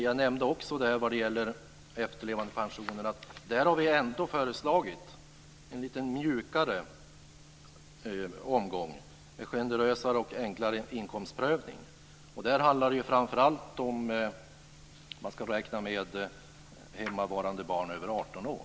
Jag nämnde också vad gäller efterlevandepensionerna att vi där ändå har föreslagit en lite mjukare omgång, med generösare och enklare inkomstprövning. Där handlar det framför allt om man ska räkna med hemmavarande barn över 18 år.